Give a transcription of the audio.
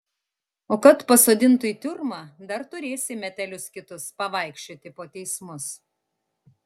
o kad pasodintų į tiurmą dar turėsi metelius kitus pavaikščioti po teismus